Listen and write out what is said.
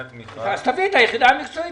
תמיכה --- אז תביא את היחידה המקצועית,